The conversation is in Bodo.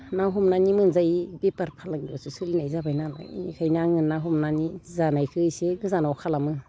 ना हमनानै मोनजायि बेफार फालांगियावसो सोलिनाय जाबाय नालाय बेनिखायनो आङो ना हमनानै जानायखौ एसे गोजानाव खालामो